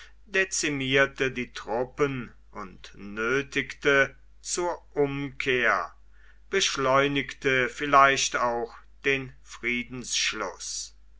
dezimierte die truppen und nötigte zur umkehr beschleunigte vielleicht auch den friedensschluß